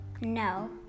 No